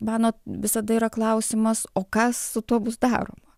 mano visada yra klausimas o kas su tuo bus daroma